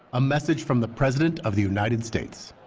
a message from the president of the united states.